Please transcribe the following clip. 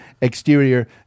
exterior